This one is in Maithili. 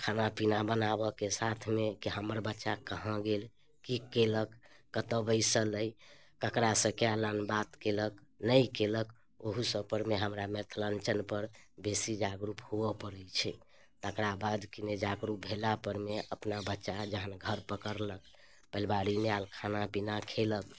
खाना पीना बनाबऽके साथमे कि हमर बच्चा कहाँ गेल कि केलक कतऽ बैसल अइ ककरासँ कए लाइन बात केलक नहि केलक ओहू सबपरमे हमरा मिथिलाञ्चलपर बेसी जागरूक हुअऽ पड़ै छै तकरा बाद कि ने जागरूक भेलापरमे अपना बच्चा जहन घर पकड़लक पलिवारीमे आएल खाना पीना खेलक